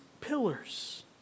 pillars